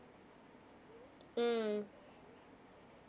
mm